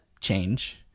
change